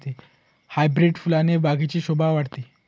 hybrid फुलाने बागेची शोभा वाढते